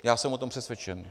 Já jsem o tom přesvědčen.